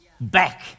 back